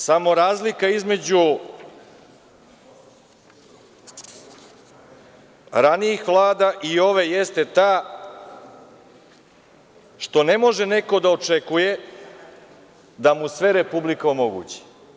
Samo razlika između ranijih Vlada i ove jeste ta što ne može neko da očekuje da mu sve republika omogući.